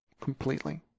completely